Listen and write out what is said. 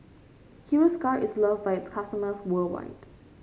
Hiruscar is love by its customers worldwide